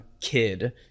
kid